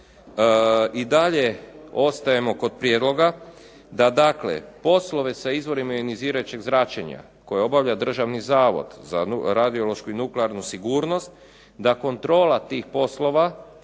i dalje ostajemo kod prijedloga da poslove sa izvorima ionizirajućeg zračenja koje obavlja Državni zavod za radiološku i nuklearnu sigurnost da kontrola tih poslova